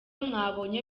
mwabonye